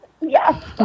Yes